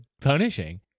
punishing